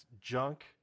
junk